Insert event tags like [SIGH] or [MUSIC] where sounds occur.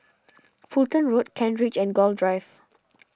[NOISE] Fulton Road Kent Ridge and Gul Drive